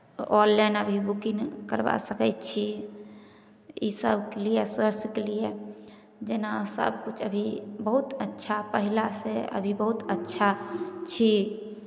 online अभी booking करवा सकै छी इसभके लिए स्वास्थ्यके लिए जेना सभकिछु अभी बहुत अच्छा पहिलासँ अभी बहुत अच्छा छी